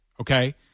Okay